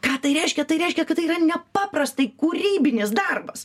ką tai reiškia tai reiškia kad tai yra nepaprastai kūrybinis darbas